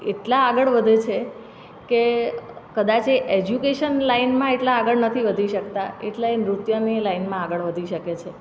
એટલા આગળ વધે છે કે કદાચ એ એજ્યુકેશન લાઈનમાં એટલા આગળ નથી વધી શકતા એટલા એ નૃત્યની લાઈનમાં આગળ વધી શકે છે